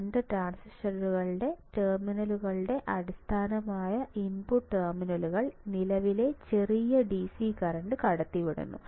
2 ട്രാൻസിസ്റ്ററുകളുടെ ടെർമിനലുകളുടെ അടിസ്ഥാനമായ ഇൻപുട്ട് ടെർമിനലുകൾ നിലവിലെ ചെറിയ DC കറന്റ് കടത്തിവിടുന്നു